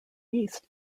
east